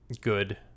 good